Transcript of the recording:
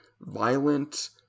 violent